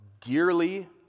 Dearly